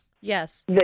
Yes